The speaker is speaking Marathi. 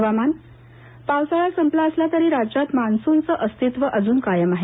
हवामान पावसाळा संपला असला तरी राज्यात मान्सूनचं अस्तित्व अजून कायम आहे